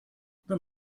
wenn